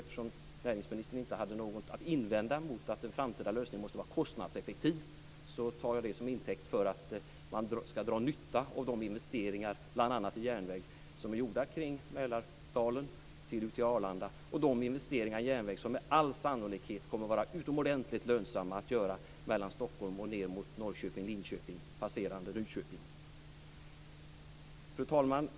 Eftersom näringsministern inte hade något att invända emot påpekandet att en framtida lösning måste vara kostnadseffektiv, tar jag det till intäkt för att man ska dra nytta av de investeringar som har gjorts kring Mälardalen ut till Arlanda, bl.a. i järnväg. Det gäller också de investeringar i järnväg från Stockholm ned till Norrköping och Linköping, passerande Nyköping, som med all sannolikhet kommer att bli utomordentligt lönsamma. Fru talman!